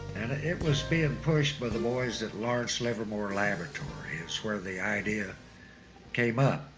and it was being pushed by the boys of lawrence livermore laboratories where the idea came up.